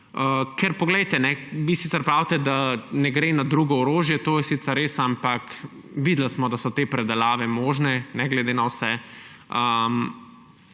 kupujete. Vi sicer pravite, da ne gre na drugo orožje. To je sicer res, ampak videli smo, da so te predelave možne, ne glede na vse.